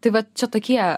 tai va čia tokie